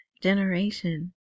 generation